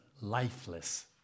lifeless